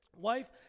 wife